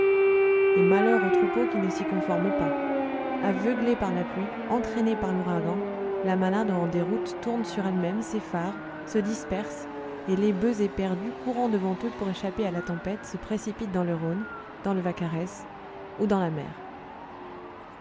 et malheur aux troupeaux qui ne s'y conforment pas aveuglée par la pluie entraînée par l'ouragan la manado en déroute tourne sur elle-même s'effare se disperse et les bœufs éperdus courant devant eux pour échapper à la tempête se précipitent dans le rhône dans le vaccarès ou dans la mer